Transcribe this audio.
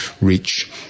reach